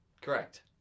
Correct